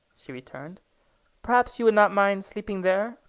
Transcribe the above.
she returned perhaps you would not mind sleeping there?